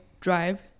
drive